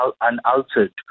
unaltered